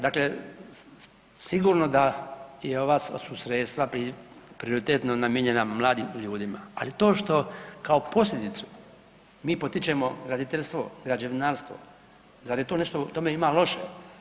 Dakle, sigurno da je ovaj, su sredstva prioritetno namijenjena mladim ljudima, ali to što kao posljedicu mi potičemo graditeljstvo, građevinarstvo, zar je to nešto, u tome ima loše?